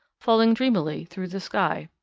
falling dreamily through the sky.